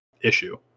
issue